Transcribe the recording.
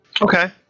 Okay